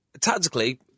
tactically